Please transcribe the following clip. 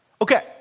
Okay